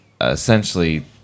essentially